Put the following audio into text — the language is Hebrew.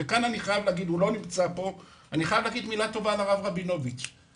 אני חייב להגיד מילה טובה על הרב רבינוביץ שלא נמצא פה,